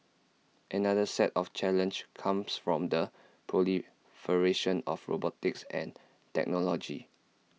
another set of challenge comes from the proliferation of robotics and technology